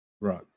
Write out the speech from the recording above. Right